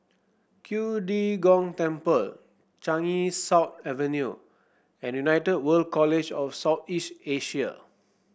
De Gong Temple Changi South Avenue and United World College of South East Asia